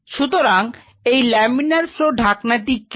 সুতরাং এই laminar flow ঢাকনাটি কি